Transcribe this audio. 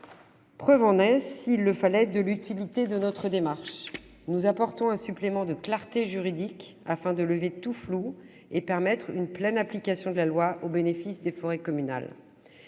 Preuve en est, s'il le fallait, de l'utilité de notre démarche. Nous apportons un supplément de clarté juridique, afin de lever tout flou et de permettre une pleine application de la loi au bénéfice des forêts communales.